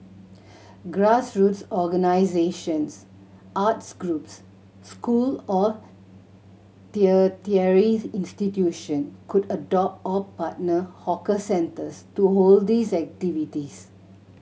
grassroots organisations arts groups school or institution could adopt or partner hawker centres to hold these activities